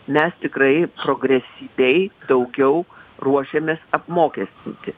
mes tikrai progresyviai daugiau ruošiamės apmokestinti